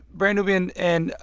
brand nubian and,